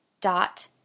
dot